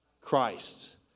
Christ